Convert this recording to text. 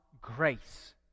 grace